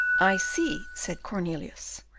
i see, said cornelius,